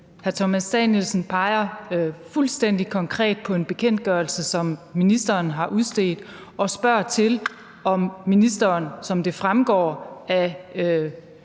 Thomas Danielsen peger fuldstændig konkret på en bekendtgørelse, som ministeren har udstedt, og spørger ministeren, om der, som det fremgår af